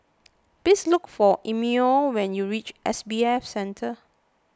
please look for Emilio when you reach S B F Center